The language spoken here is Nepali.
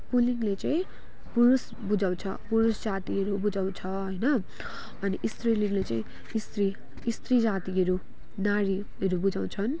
पुलिङ्गले चाहिँ पुरुष बुझाउँछ पुरुष जातिहरू बुझाउँछ होइन अनि स्त्रीलिङ्गले चाहिँ स्त्री स्त्री जातिहरू नारीहरू बुझाउँछन्